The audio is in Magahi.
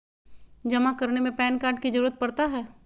जमा करने में पैन कार्ड की जरूरत पड़ता है?